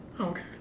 Okay